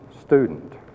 student